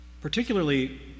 Particularly